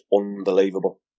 unbelievable